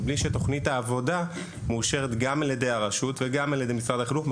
מבלי שתוכנית העבודה מאושרת גם על ידי הרשות וגם על ידי משרד החינוך.